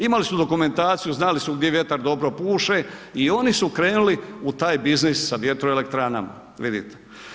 Imali su dokumentaciju, znali su gdje vjetar dobro puše i oni su krenuli u taj biznis sa vjetroelektranama, vidite.